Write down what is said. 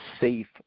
safe